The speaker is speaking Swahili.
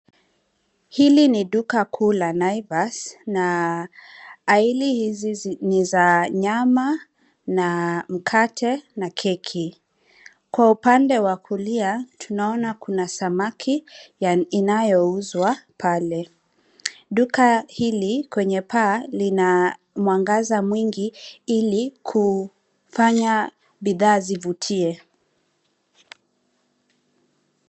Hili ni duka kuu la Naivas na aili hizi ni za nyama, mkate na keki. Kwa upande wa kulia tunaona kuna samaki inayouzwa pale. Duka hili kwenye paa lina mwangaza mwingi ili kufanya bidhaa zivutie.